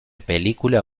película